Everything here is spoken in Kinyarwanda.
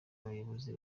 abayobozi